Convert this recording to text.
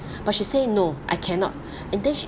but she say no I cannot and then sh~